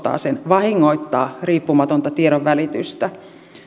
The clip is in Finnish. sen vahingoittaa riippumatonta tiedonvälitystä